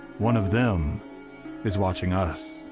one of them is watching us.